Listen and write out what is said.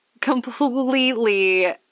completely